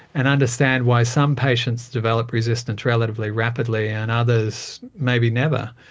and understand why some patients develop resistance relatively rapidly and others maybe never,